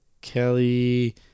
Kelly